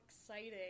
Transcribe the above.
exciting